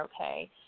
okay